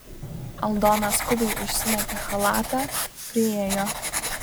aldona skubiai užsimetė chalatą priėjo